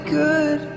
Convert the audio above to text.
good